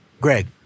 Greg